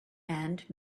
and